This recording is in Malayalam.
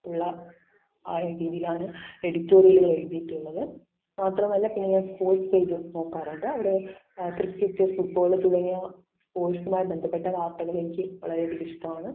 ഉള്ള ആ രീതിയിലാണ് എഡിറ്റോറിയലുകൾ എഴുതിയിട്ടുള്ളത് മാത്രമല്ല പിന്നെ ഞാൻ സ്പോർട്സ് പേജ് നോക്കാറുണ്ട് അവിടെ ക്രിക്കറ്റ് ഫുട്ബോള് തുടങ്ങിയ സ്പോർട്സുമായി ബന്ധപ്പെട്ട വാർത്തകൾ എനിക്ക് വളരെയധികം ഇഷ്ടമാണ്